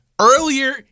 earlier